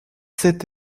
sept